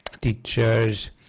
Teachers